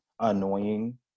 annoying